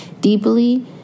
deeply